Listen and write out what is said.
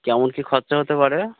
কেমন কী খরচা হতে পারে